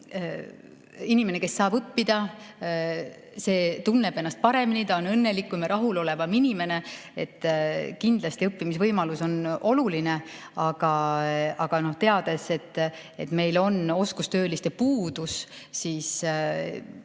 inimene, kes saab õppida, tunneb ennast paremini, on õnnelikum ja rahulolevam inimene. Kindlasti õppimise võimalus on oluline. Aga teades, et meil on oskustööliste puudus, siis